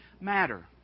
matter